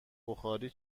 بخاری